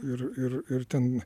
ir ir ir ten